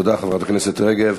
תודה, חברת הכנסת רגב.